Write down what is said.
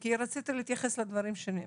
כי רציתי להתייחס לדברים שנאמרו.